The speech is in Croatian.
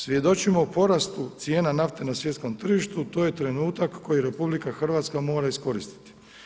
Svjedočimo porastu cijena nafte na svjetskom tržištu, to je trenutak koji RH mora iskoristiti.